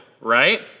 right